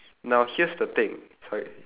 now here's the thing sorry